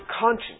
conscience